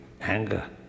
anger